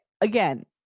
again